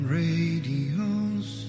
radios